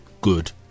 good